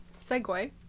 segue